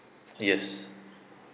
yes